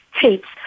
tapes